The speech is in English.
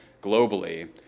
globally